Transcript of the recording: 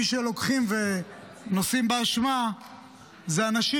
מי שלוקחים ונושאים באשמה אלה אנשים